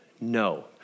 no